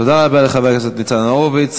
תודה רבה לחבר הכנסת ניצן הורוביץ.